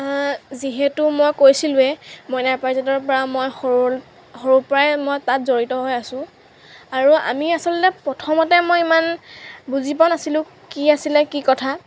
যিহেতু মই কৈছিলোঁৱে মইনা পাৰিজাতৰ পৰা মই সৰু সৰুৰ পৰাই মই তাত মই জড়িত হৈ আছোঁ আৰু আমি আচলতে প্ৰথমতে মই ইমান বুজি পোৱা নাছিলোঁ কি আছিলে কি কথা